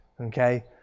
Okay